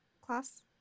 class